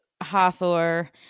Hathor